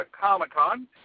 Comic-Con